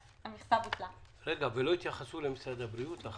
לא התייחסו לעמדת משרד הבריאות?